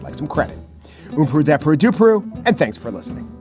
like some credit for deborah dupre. and thanks for listening